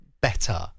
better